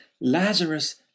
Lazarus